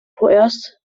vorerst